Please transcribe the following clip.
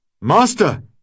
Master